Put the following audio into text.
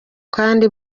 kandi